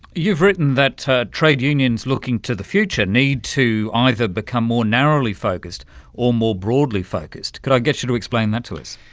you've written that trade unions looking to the future need to either become more narrowly focused or more broadly focused. could i get you to explain that to us?